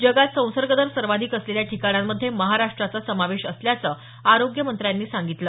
जगात संसर्ग दर सर्वाधिक असलेल्या ठिकाणांमध्ये महाराष्ट्राचा समावेश असल्याचं आरोग्य मंत्र्यांनी सांगितलं